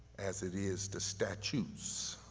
as it is the statutes.